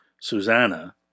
susanna